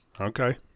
Okay